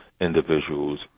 individuals